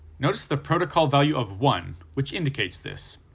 notice the protocol value of one which indicates this.